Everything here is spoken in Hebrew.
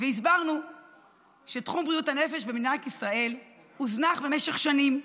הסברנו שתחום בריאות הנפש במדינת ישראל הוזנח במשך שנים.